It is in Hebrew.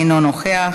אינו נוכח.